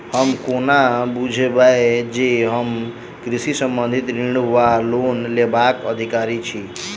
हम कोना बुझबै जे हम कृषि संबंधित ऋण वा लोन लेबाक अधिकारी छी?